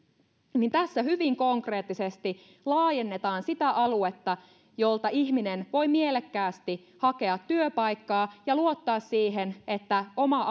tässä hyvin konkreettisesti laajennetaan sitä aluetta jolta ihminen voi mielekkäästi hakea työpaikkaa ja luottaa siihen että oma